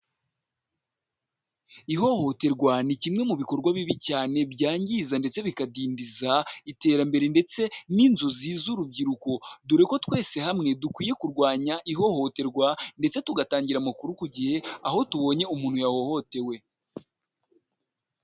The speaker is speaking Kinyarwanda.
Ihohoterwa ni kimwe mu bikorwa bibi cyane byangiza ndetse bikadindiza iterambere ndetse n'inzozi z'urubyiruko, dore ko twese hamwe dukwiye kurwanya ihohoterwa ndetse tugatangira amakuru ku gihe aho tubonye umuntu yahohotewe.